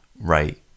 right